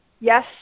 yes